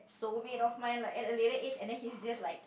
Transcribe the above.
soulmate of mine like at a later age and then he's just like